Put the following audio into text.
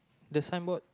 the sign board